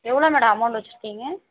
எவ்வளோ madam amount வச்சுருக்கீங்க